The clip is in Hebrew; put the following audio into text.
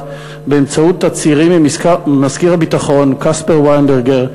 באמצעות תצהירים ממזכיר ההגנה קספר וויינברגר,